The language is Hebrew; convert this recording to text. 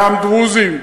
גם לדרוזים,